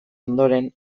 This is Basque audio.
ondoren